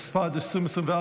התשפ"ד 2024,